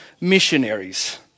missionaries